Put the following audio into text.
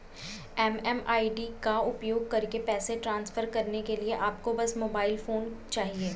MMID का उपयोग करके पैसे ट्रांसफर करने के लिए आपको बस मोबाइल फोन चाहिए